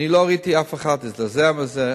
אני לא ראיתי אף אחד שהזדעזע מזה.